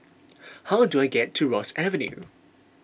how do I get to Ross Avenue